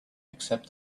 except